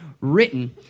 written